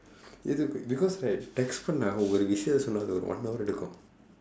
எதுக்கு:ethukku because right text பண்ணா ஒரு விஷயத்த சொன்னா அது ஒரு:pannaa oru vishayaththa sonnaa athu oru one hour எடுக்கும்